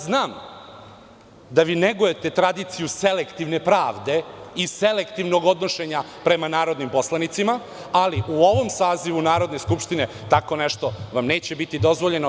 Znam da negujete tradiciju selektivne pravde i selektivnog odnošenja prema narodni poslanicima, ali u ovom sazivu Narodne skupštine tako nešto vam neće biti dozvoljeno.